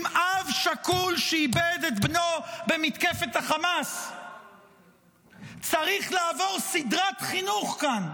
אם אב שכול שאיבד את בנו במתקפת החמאס צריך לעבור סדרת חינוך כאן?